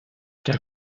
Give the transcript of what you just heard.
der